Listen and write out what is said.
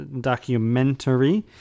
documentary